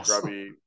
grubby